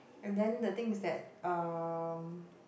and then the thing is that um